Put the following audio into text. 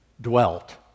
dwelt